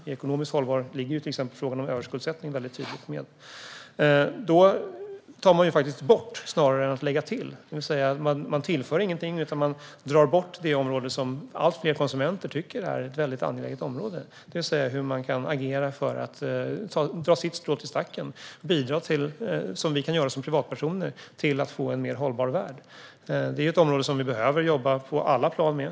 I ekonomiskt hållbar ligger till exempel frågan om överskuldsättning väldigt tydligt med. Då tar man bort snarare än att lägga till. Man tillför ingenting, utan man drar bort det område som allt fler konsumenter tycker är ett väldigt angeläget område. Det handlar om hur man kan agera för att dra sitt strå till stacken och göra vad vi kan som privatpersoner för att bidra till en mer hållbar värld. Det är ett område som vi behöver jobba på alla plan med.